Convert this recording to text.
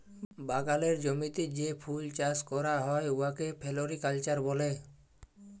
বাগালের জমিতে যে ফুল চাষ ক্যরা হ্যয় উয়াকে ফোলোরিকাল্চার ব্যলে